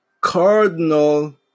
Cardinal